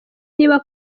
niba